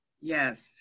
Yes